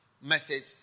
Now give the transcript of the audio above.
message